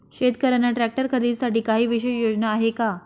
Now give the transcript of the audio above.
शेतकऱ्यांना ट्रॅक्टर खरीदीसाठी काही विशेष योजना आहे का?